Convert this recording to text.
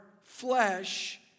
flesh